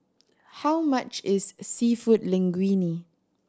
how much is Seafood Linguine